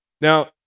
Now